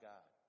God